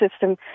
system